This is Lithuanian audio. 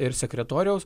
ir sekretoriaus